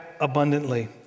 abundantly